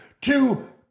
to-